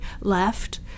left